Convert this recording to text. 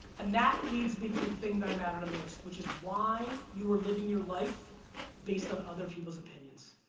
and that leads me to the thing that i matter the most, which is why you're living your life based on other people's opinions.